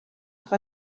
war